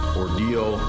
ordeal